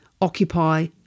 occupy